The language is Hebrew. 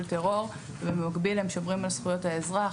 טרור ובמקביל הם שומרים על זכויות האזרח.